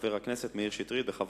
חבר הכנסת מאיר שטרית, בכבוד.